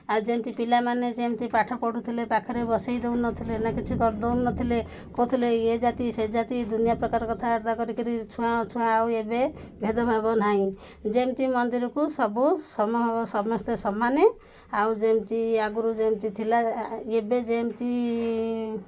ଆଉ ଯେମିତି ପିଲାମାନେ ଯେମିତି ପାଠ ପଢ଼ୁଥିଲେ ପାଖରେ ବସେଇ ଦଉନଥିଲେ ନା କିଛି କରିଦଉନଥିଲେ କହୁଥିଲେ ଏ ଜାତି ସେ ଜାତି ଦୁନିଆ ପ୍ରକାର କଥାବାର୍ତ୍ତା କରିକିରି ଛୁଆଁ ଅଛୁଆଁ ଆଉ ଏବେ ଭେଦଭାବ ନାହିଁ ଯେମିତି ମନ୍ଦିରକୁ ସବୁ ସମ ସମସ୍ତେ ସମାନେ ଆଉ ଯେମିତି ଆଗରୁ ଯେମିତି ଥିଲା ଏବେ ଯେମତି